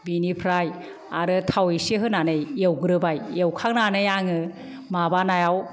बेनिफ्राय आरो थाव एसे होनानै एवग्रोबाय एवखांनानै आङो माबानायाव